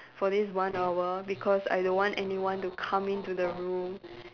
for this one hour because I don't want anyone to come in to the room